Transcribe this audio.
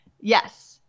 yes